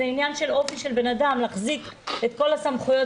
זה עניין של אופי של אדם להחזיק את כל הסמכויות